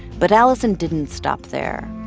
but alison didn't stop there.